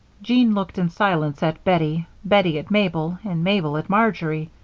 jean looked in silence at bettie, bettie at mabel, and mabel at marjory.